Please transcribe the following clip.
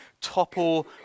topple